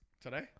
Today